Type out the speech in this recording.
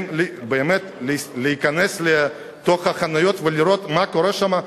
באמת, להיכנס לתוך החנויות ולראות מה קורה שם?